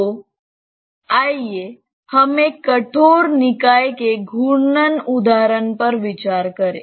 तो आइए हम एक कठोर निकाय के घूर्णन उदाहरण पर विचार करें